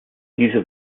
diese